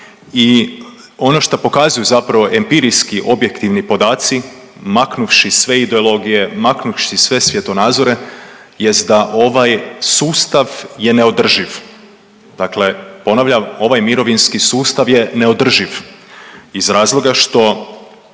i ono što pokazuju zapravo empirijski objektivni podaci, maknuvši sve ideologije, maknuvši sve svjetonazore jest da ovaj sustav je neodrživ. Dakle, ponavljam ovaj mirovinski sustav je neodrživ iz razloga što